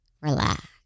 Relax